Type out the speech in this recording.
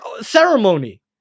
ceremony